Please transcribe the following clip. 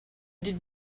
did